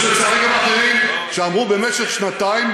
יש לצערי גם אחרים שאמרו במשך שנתיים,